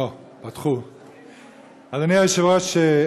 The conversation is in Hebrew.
אדוני היושב-ראש,